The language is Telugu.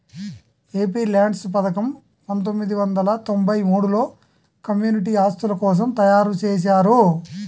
ఎంపీల్యాడ్స్ పథకం పందొమ్మిది వందల తొంబై మూడులో కమ్యూనిటీ ఆస్తుల కోసం తయ్యారుజేశారు